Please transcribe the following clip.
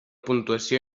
puntuació